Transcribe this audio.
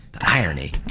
irony